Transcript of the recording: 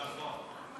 נכון.